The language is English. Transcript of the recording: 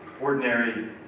ordinary